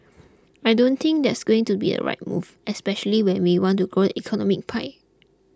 I don't think that's going to be a right move especially when we want to grow it economic pie